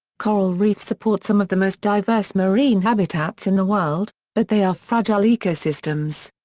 coral reefs support some of the most diverse marine habitats in the world, but they are fragile ecosystems.